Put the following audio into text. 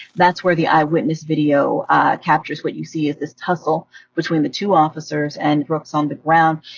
that's where the eye witness video captures what you see is this tussle between the two officers and brooks on the ground.